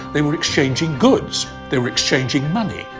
they were exchanging goods. they were exchanging money.